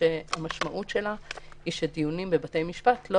שהמשמעות שלה היא שדיונים בבתי משפט לא